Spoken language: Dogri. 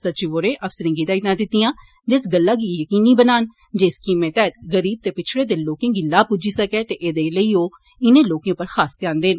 सचिव होरें अफसरें गी हिदायतां दितियां जे ओ इस गल्ला गी यकीनी बनान जे स्कीमें तैहत गरीब ते पछड़े दे लोकें गी लाह पुज्जी सकै ते ऐदे लेई ओ इनें लोके उप्पर खास ध्यान देन